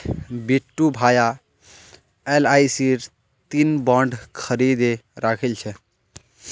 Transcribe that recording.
बिट्टू भाया एलआईसीर तीन बॉन्ड खरीदे राखिल छ